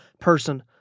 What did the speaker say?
person